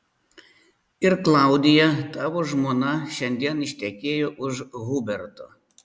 ir klaudija tavo žmona šiandien ištekėjo už huberto